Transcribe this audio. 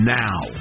now